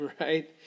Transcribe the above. right